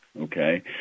Okay